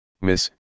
miss